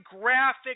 graphic